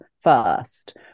first